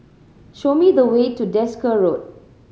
show me the way to Desker Road